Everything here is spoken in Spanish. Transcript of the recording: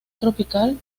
tropical